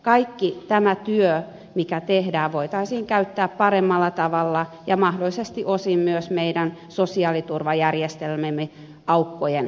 kaikki tämä työ mikä tehdään voitaisiin käyttää paremmalla tavalla ja mahdollisesti osin myös meidän sosiaaliturvajärjestelmämme aukkojen paikkaamiseen